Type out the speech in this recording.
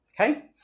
okay